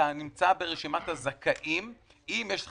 אתה נמצא ברשימת הזכאים; אם יש לך,